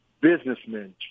businessmen